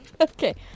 Okay